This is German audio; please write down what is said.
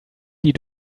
die